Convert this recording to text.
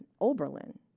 Oberlin